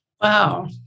Wow